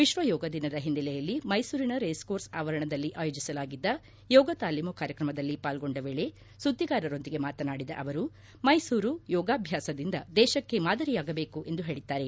ವಿಶ್ವ ಯೋಗ ದಿನದ ಹಿನ್ನೆಲೆಯಲ್ಲಿ ಮೈಸೂರಿನ ರೇಸ್ಕೋರ್ಸ್ ಆವರಣದಲ್ಲಿ ಆಯೋಜಿಸಲಾಗಿದ್ದ ಯೋಗ ತಾಲಿಮು ಕಾರ್ಯಕ್ರಮದಲ್ಲಿ ಪಾಲ್ಗೊಂಡ ವೇಳೆ ಸುದ್ದಿಗಾರರೊಂದಿಗೆ ಮಾತನಾಡಿದ ಅವರು ಮೈಸೂರು ಯೋಗಾಭ್ಯಾಸದಿಂದ ದೇಶಕ್ಕೆ ಮಾದರಿಯಾಗಬೇಕು ಎಂದು ಹೇಳಿದ್ದಾರೆ